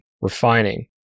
refining